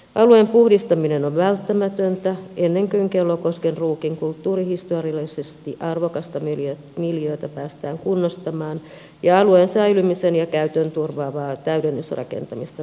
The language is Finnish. alueen puhdistaminen on välttämätöntä ennen kuin kellokosken ruukin kulttuurihistoriallisesti arvokasta miljöötä päästään kunnostamaan ja alueen säilymisen ja käytön turvaavaa täydennysrakentamista toteuttamaan